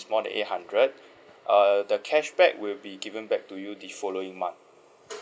more than eight hundred uh the cashback will be given back to you the following month